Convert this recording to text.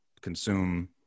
consume